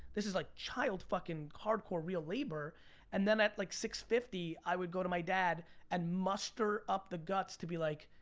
this is like child fucking hardcore real labor and then at like six fifty i would go to my dad and muster up the guts to be like,